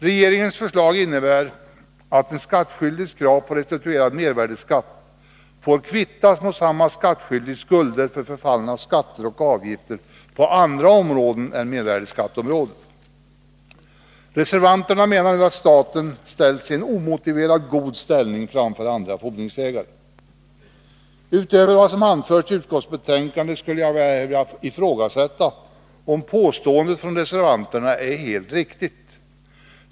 Regeringens förslag innebär att en skattskyldigs krav på restituerad mervärdeskatt får kvittas mot samme skattskyldiges skulder för förfallna skatter och avgifter på andra områden än mervärdeskatteområdet. Reservanterna menar nu att staten ställs i en omotiverat god ställning framför andra fordringsägare. Utöver vad som anförs i utskottsbetänkandet skulle jag här vilja ifrågasätta "om påståendet från reservanterna är helt riktigt.